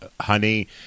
Honey